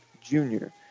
junior